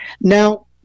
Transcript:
Now